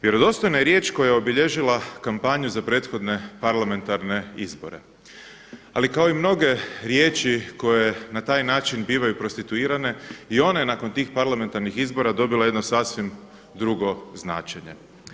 Vjerodostojno je riječ koja je obilježila kampanju za prethodne parlamentarne izbore, ali kao i mnoge riječi koje na taj način bivaju prostituirane i ona je nakon tih parlamentarnih izbora dobila jedno sasvim drugo značenje.